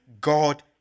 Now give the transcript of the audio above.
God